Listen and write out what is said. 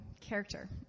Character